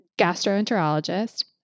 gastroenterologist